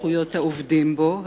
גם בתחום זכויות העובדים בו,